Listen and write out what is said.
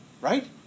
right